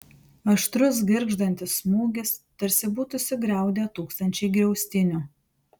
aštrus girgždantis smūgis tarsi būtų sugriaudę tūkstančiai griaustinių